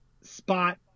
spot